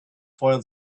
foiled